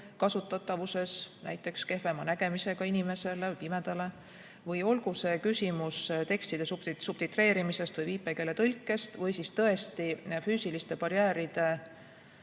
kasutatavuses, näiteks kehvema nägemisega inimesele või pimedale, või olgu küsimus tekstide subtitreerimises või viipekeeletõlkes või siis tõesti füüsiliste barjääride